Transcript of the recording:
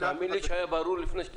תאמין לי שהיה ברור לפני שתגיד.